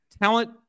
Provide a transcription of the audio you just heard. talent